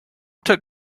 took